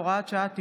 הוראת שעה,